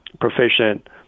proficient